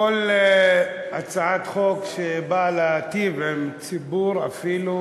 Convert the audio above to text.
כל הצעת חוק שבאה להיטיב עם ציבור, אפילו